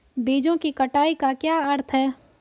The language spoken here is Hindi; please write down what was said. बीजों की कटाई का क्या अर्थ है?